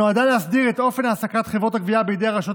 נועדה להסדיר את אופן העסקת חברות הגבייה בידי הרשויות